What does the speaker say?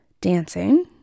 dancing